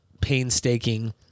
painstaking